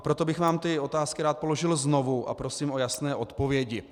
Proto bych vám ty otázky rád položil znovu a prosím o jasné odpovědi.